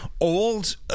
old